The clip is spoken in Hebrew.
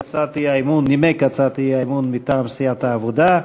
שנימק הצעת אי-אמון מטעם סיעת העבודה.